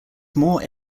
more